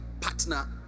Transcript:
partner